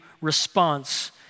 response